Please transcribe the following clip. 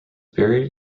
buried